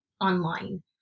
online